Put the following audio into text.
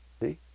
See